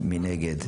מי נגד?